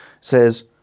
says